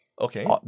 Okay